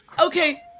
Okay